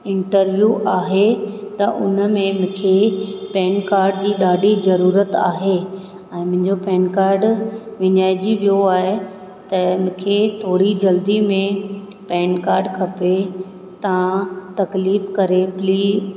interview आहे त उन में मूंखे पैन कार्ड जी ॾाढी जरूरत आहे ऐं मुंंहिंजो पैन कार्ड विञाइजी वियो आहे त मूंखे थोरी जल्दी में पैन कार्ड खपे तव्हां तकलीफ़ करे प्ली